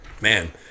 man